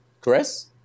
Chris